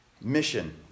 Mission